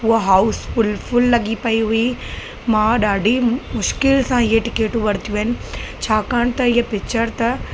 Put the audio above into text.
उहा housefull full लॻी पई हुई मां ॾाढी मुश्किल सां ईअ टिकटियूं वरितियूं आहिनि छाकाणि त ईअ पिचर त